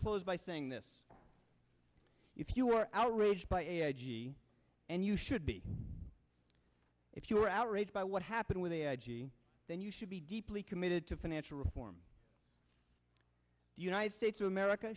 close by saying this if you are outraged by edgy and you should be if you are outraged by what happened with the i g then you should be deeply committed to financial reform the united states of america